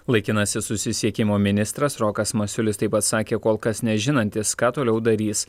laikinasis susisiekimo ministras rokas masiulis taip pat sakė kol kas nežinantis ką toliau darys